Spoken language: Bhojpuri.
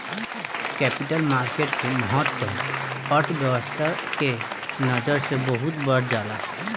कैपिटल मार्केट के महत्त्व अर्थव्यस्था के नजर से बहुत बढ़ जाला